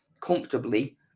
comfortably